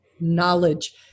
knowledge